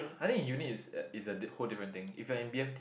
I think in uni it's a it's a whole different thing if you're in b_m_t